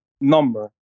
number